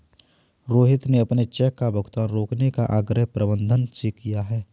रोहित ने अपने चेक का भुगतान रोकने का आग्रह प्रबंधक से किया है